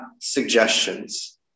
suggestions